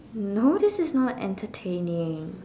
no this is not entertaining